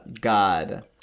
God